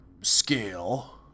scale